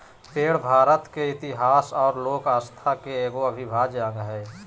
पेड़ भारत के इतिहास और लोक कथा के एगो अविभाज्य अंग हइ